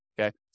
okay